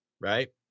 right